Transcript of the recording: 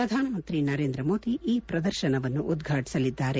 ಪ್ರಧಾನಮಂತ್ರಿ ನರೇಂದ್ರ ಮೋದಿ ಈ ಪ್ರದರ್ಶನವನ್ನು ಉದ್ಘಾಟಿಸಲಿದ್ದಾರೆ